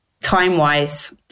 time-wise